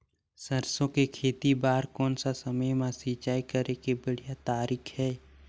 सरसो के खेती बार कोन सा समय मां सिंचाई करे के बढ़िया तारीक हे?